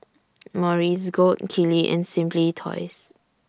Morries Gold Kili and Simply Toys